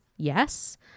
Yes